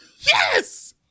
Yes